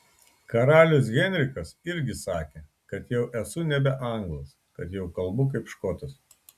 karalius henrikas irgi sakė kad jau esu nebe anglas kad kalbu kaip škotas